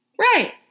Right